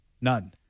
None